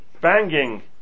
banging